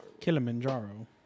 Kilimanjaro